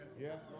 Yes